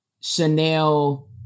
Chanel